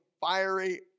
fiery